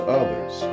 others